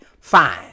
fine